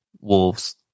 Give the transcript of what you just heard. Wolves